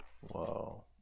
Whoa